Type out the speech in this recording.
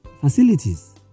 facilities